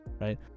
right